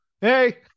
Hey